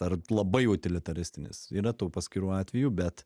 ar labai utilitaristinis yra tų paskirų atvejų bet